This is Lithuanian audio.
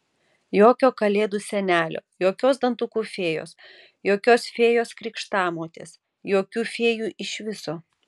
jokio kalėdų senelio jokios dantukų fėjos jokios fėjos krikštamotės jokių fėjų iš viso